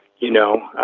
you know,